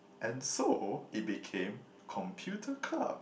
and so it became computer club